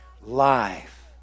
Life